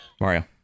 Mario